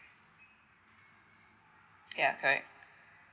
ya correct